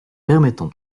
permettant